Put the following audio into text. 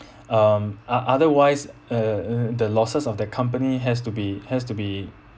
um ot~ otherwise uh uh the losses of the company has to be has to be